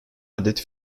adet